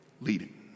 leading